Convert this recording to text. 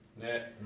that